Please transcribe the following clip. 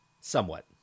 somewhat